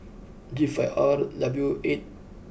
G five R W eight